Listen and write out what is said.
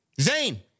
Zayn